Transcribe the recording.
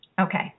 Okay